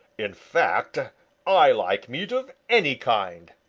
in fact i like meat of any kind,